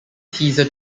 teaser